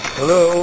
Hello